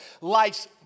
life's